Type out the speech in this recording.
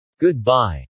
Goodbye